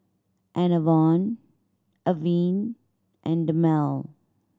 Enervon Avene and Dermale